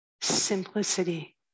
simplicity